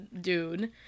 dude